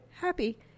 happy